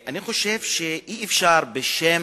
אני חושב שאי-אפשר בשם,